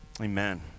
amen